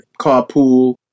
carpool